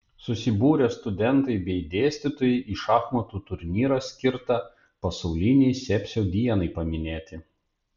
susibūrė studentai bei dėstytojai į šachmatų turnyrą skirtą pasaulinei sepsio dienai paminėti